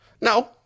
no